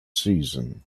season